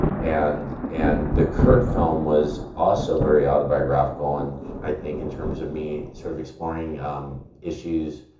and and the kurt film was also very autobiographical and i think in terms of me sort of exploring issues